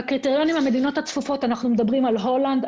בקריטריון של הצפיפות אנחנו מדברים על הולנד,